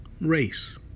race